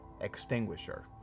extinguisher